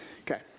Okay